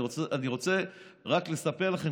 אני רוצה רק לספר לכם,